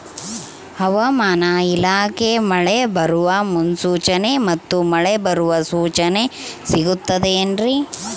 ಹವಮಾನ ಇಲಾಖೆ ಮಳೆ ಬರುವ ಮುನ್ಸೂಚನೆ ಮತ್ತು ಮಳೆ ಬರುವ ಸೂಚನೆ ಸಿಗುತ್ತದೆ ಏನ್ರಿ?